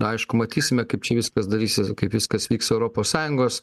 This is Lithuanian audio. aišku matysime kaip čia viskas darysis kaip viskas vyks europos sąjungos